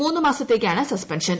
മൂന്ന് മാസത്തേക്കാണ് സ്പെൻഷൻ